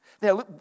Now